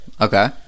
Okay